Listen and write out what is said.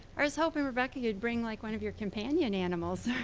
i was hoping rebecca could bring like one of your companion animals.